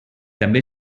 també